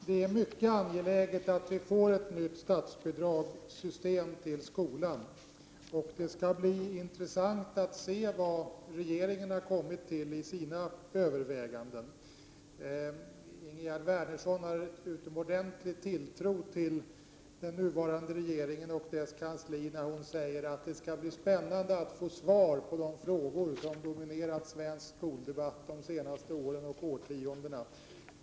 Herr talman! Det är mycket angeläget att vi får ett nytt statsbidragssystem för skolan, det skall bli intressant att se vad regeringen har kommit fram till vid sina överväganden. Ingegerd Wärnersson har en utomordentligt stor tilltro till den nuvarande regeringen och dess kansli när hon säger att det skall bli spännande att få svar på de frågor som dominerat svensk skoldebatt de senaste åren och årtiondena.